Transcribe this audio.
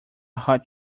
hot